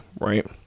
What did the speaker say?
Right